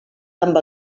amb